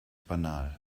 banal